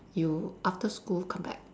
you after school come back